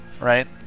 right